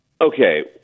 Okay